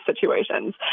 situations